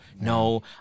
no